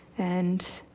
and